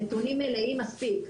נתונים מלאים מספיק,